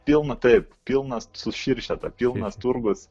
pilna taip pilnas su širše ta pilnas turgus